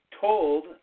told